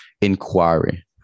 inquiry